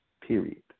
period